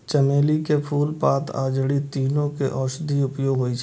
चमेली के फूल, पात आ जड़ि, तीनू के औषधीय उपयोग होइ छै